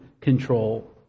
control